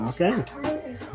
okay